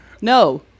No